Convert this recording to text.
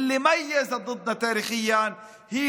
אני